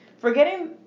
Forgetting